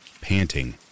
panting